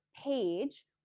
page